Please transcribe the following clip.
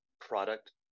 product